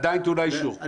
הם לא מתחת לאלונקה.